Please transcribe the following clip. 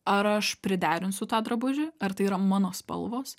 ar aš priderinsiu tą drabužį ar tai yra mano spalvos